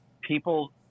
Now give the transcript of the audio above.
people